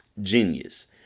Genius